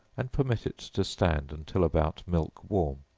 and permit it to stand until about milk-warm